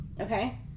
Okay